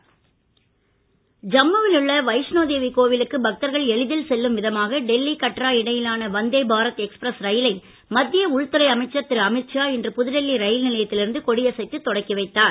அமீத்ஷா ஜம்முவிலுள்ள வைஷ்ணோதேவி கோவிலுக்கு பக்தர்கள் எளிதில் செல்லும் விதமாக டெல்லி கட்ரா இடையிலான வந்தே பாரத் எக்ஸ்பிரஸ் ரயிலை மத்திய உள்துறை அமைச்சர் திரு அமித்ஷா இன்று புதுடெல்லி ரயில் நிலையத்தில் இருந்து கொடியசைத்து தொடக்கி வைத்தார்